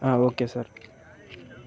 okay sir